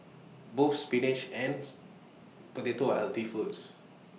both spinach potato are healthy foods